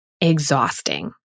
exhausting